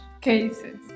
cases